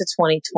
2020